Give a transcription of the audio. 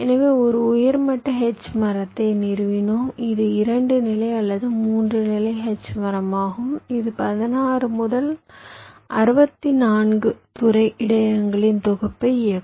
எனவே ஒரு உயர்மட்ட H மரத்தை நிறுவினோம் இது 2 நிலை அல்லது 3 நிலை H மரமாகும் இது 16 முதல் 64 துறை இடையகங்களின் தொகுப்பை இயக்கும்